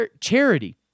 charity